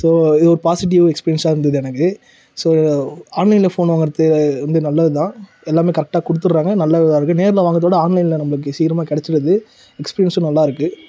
so இது ஒரு positive எக்ஸ்பீரியன்ஸாக இருந்துது எனக்கு ஸோ ஆன்லைனில் ஃபோன் வாங்கறது வந்து நல்லது தான் எல்லாமே கரெக்டாக கொடுத்துட்றாங்க நல்ல அதை போய் நேரில் வாங்கறதை விட ஆன்லைனில் நம்மளுக்கு சீக்கிரமாக கிடச்சிடுது எக்ஸ்பீரியன்ஸும் நல்லா இருக்கு